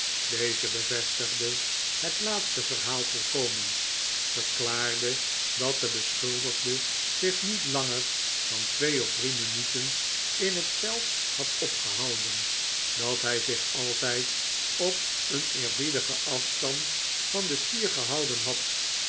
deze bevestigde het laatste verhaal volkomen verklaarde dat de beschuldigde zich niet langer dan twee of drie minuten in het veld had opgehouden dat hij zich altijd op een eerbiedigen afstand van den stier gehouden had